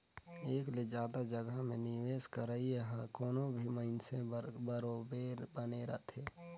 एक ले जादा जगहा में निवेस करई ह कोनो भी मइनसे बर बरोबेर बने रहथे